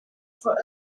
for